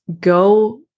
go